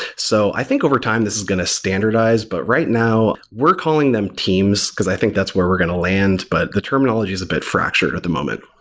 so i think over time this is going to standardize, but right now we're calling them teams, because i think that's where we're going to land. but the terminologies are a bit fractured at the moment.